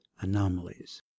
anomalies